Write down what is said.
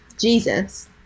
Jesus